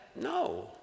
No